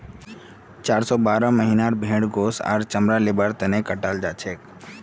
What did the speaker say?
चार स बारह महीनार भेंड़क गोस्त आर चमड़ा लिबार तने कटाल जाछेक